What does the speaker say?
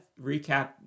recap